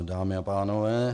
Dámy a pánové.